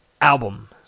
album